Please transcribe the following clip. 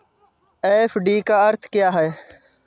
FD का अर्थ क्या है?